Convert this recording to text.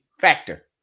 factor